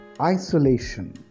isolation